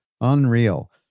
unreal